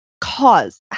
Cause